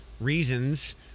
Reasons